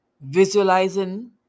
visualizing